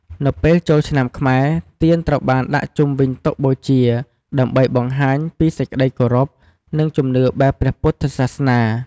នៅពេលចូលឆ្នាំខ្មែរ ទៀនត្រូវបានដាក់ជុំវិញតុបូជា ដើម្បីបង្ហាញពីសេចក្ដីគោរព និងជំនឿបែបព្រះពុទ្ធសាសនា។